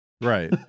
right